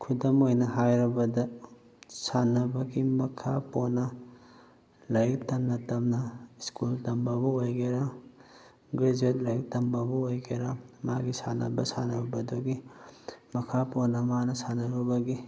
ꯈꯨꯗꯝ ꯑꯣꯏꯅ ꯍꯥꯏꯔꯕꯗ ꯁꯥꯟꯅꯕꯒꯤ ꯃꯈꯥ ꯄꯣꯟꯅ ꯂꯥꯏꯔꯤꯛ ꯇꯝꯅ ꯇꯝꯅ ꯁ꯭ꯀꯨꯜ ꯇꯝꯕꯕꯨ ꯑꯣꯏꯒꯦꯔꯥ ꯒ꯭ꯔꯦꯖꯨꯋꯦꯠ ꯂꯥꯏꯔꯤꯛ ꯇꯝꯕꯕꯨ ꯑꯣꯏꯒꯦꯔꯥ ꯃꯥꯒꯤ ꯁꯥꯟꯅꯕ ꯁꯥꯟꯅꯕꯗꯨꯒꯤ ꯃꯈꯥ ꯄꯣꯟꯅ ꯃꯥꯅ ꯁꯥꯟꯅꯔꯨꯕꯒꯤ